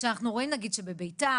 כשאנחנו רואים נגיד שבביתר,